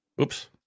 oops